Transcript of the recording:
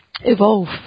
Evolve